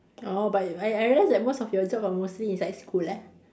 orh but I I realise that most of your job are mostly inside school eh